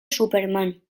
superman